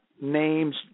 names